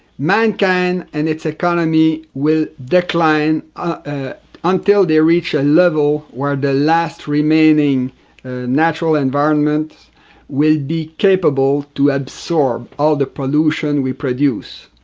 mankind and its economy will decline ah until they reach a level where the last remaining natural environments will be capable to absorb all the pollution we produce.